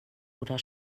oder